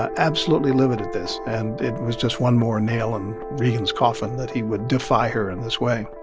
absolutely livid at this. and it was just one more nail in regan's coffin that he would defy her in this way